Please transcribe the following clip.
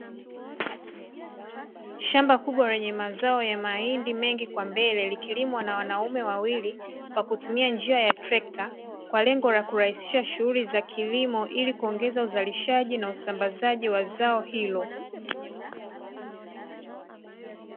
Shamba kubwa yenye mazao ya mahindi mengi kwa mbele, likilimwa na wanaume wawili kwa kutumia njia ya trekta, kwa lengo la kurahisisha shughuli za kilimo ili kuongeza uzalishaji na usambazaji wa zao hilo.